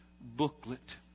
booklet